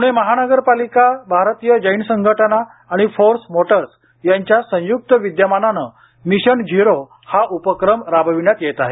प्णे महानगरपालिका भारतीय जैन संघटना आणि Force Motors यांच्या संयुक्त विद्यमानाने मिशन झिरो हा उपक्रम राबविण्यात येत आहे